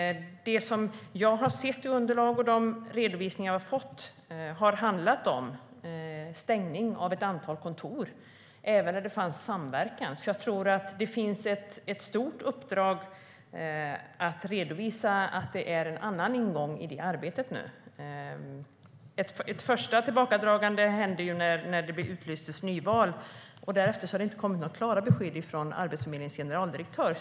Det jag har sett i underlag och de redovisningar jag har fått har handlat om stängning av ett antal kontor, även där det finns samverkan. Det finns alltså ett stort uppdrag att redovisa att det är en annan ingång i det arbetet nu. Ett första tillbakadragande skedde ju när det utlystes nyval. Därefter har det inte kommit några klara besked från Arbetsförmedlingens generaldirektör.